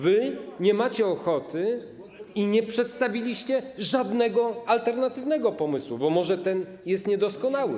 Wy nie macie ochoty, nie przedstawiliście żadnego alternatywnego pomysłu, bo może ten jest niedoskonały.